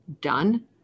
done